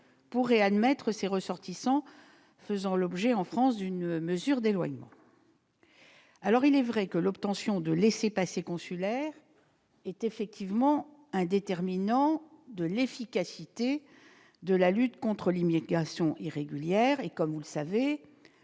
pour réadmettre ses ressortissants faisant l'objet en France d'un mesure d'éloignement. Il est vrai que l'obtention de laissez-passer consulaires est un déterminant de l'efficacité de la lutte contre l'immigration irrégulière, et, comme vous le savez,